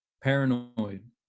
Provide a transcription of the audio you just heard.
paranoid